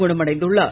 குணமடைந்துள்ளார்